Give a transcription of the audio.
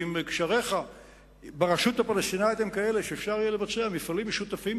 ואם קשריך ברשות הפלסטינית הם כאלה שאפשר יהיה לבצע מפעלים משותפים,